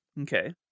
Okay